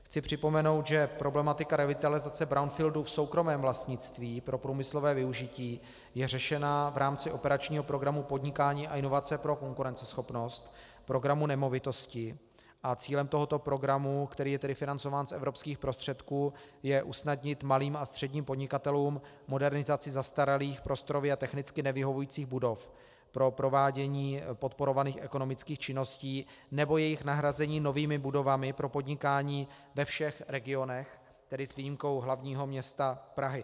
Chci připomenout, že problematika revitalizace brownfieldů v soukromém vlastnictví pro průmyslové využití je řešena v rámci operačního programu Podnikání a inovace pro konkurenceschopnost, programu Nemovitosti, a cílem tohoto programu, který je tedy financován z evropských prostředků, je usnadnit malým a středním podnikatelům modernizaci zastaralých, prostorově a technicky nevyhovujících budov pro provádění podporovaných ekonomických činností nebo jejich nahrazení novými budovami pro podnikání ve všech regionech, tedy s výjimkou hlavního města Prahy.